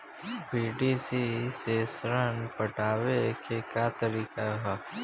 PDC से ऋण पटावे के का तरीका ह?